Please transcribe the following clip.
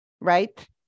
right